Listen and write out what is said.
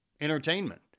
entertainment